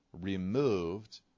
removed